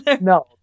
no